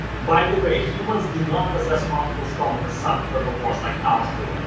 by the way, humans do not possess multiple stomachs as some herbivores, like cows, do.